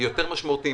יותר משמעותיים,